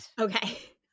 Okay